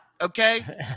okay